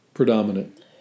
predominant